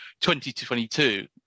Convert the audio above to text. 2022